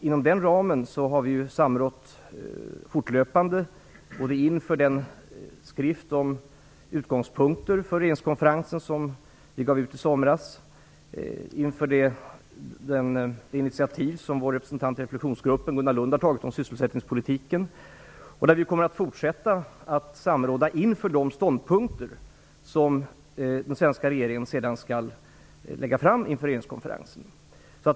Inom den ramen har vi samrått fortlöpande både inför den skrift om utgångspunkter för regeringskonferensen som vi gav ut i somras och inför det initiativ som vår representant i reflexionsgruppen, Gunnar Lund, har tagit om sysselsättningspolitiken. Vi kommer att fortsätta att samråda inför de ståndpunkter som den svenska regeringen sedan skall lägga fram inför regeringskonferensen.